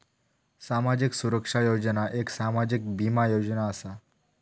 सामाजिक सुरक्षा योजना एक सामाजिक बीमा योजना असा